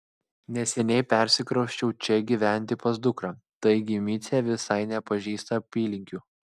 neseniai persikrausčiau čia gyventi pas dukrą taigi micė visai nepažįsta apylinkių